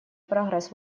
прогресс